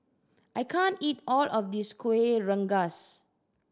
I can't eat all of this Kuih Rengas